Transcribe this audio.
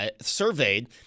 surveyed